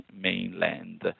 mainland